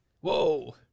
Whoa